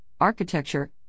architecture